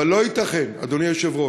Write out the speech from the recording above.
אבל לא ייתכן, אדוני היושב-ראש,